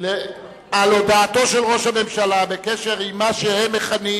על הודעתו של ראש הממשלה בקשר למה שהם מכנים